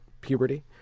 puberty